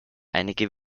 einige